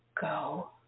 go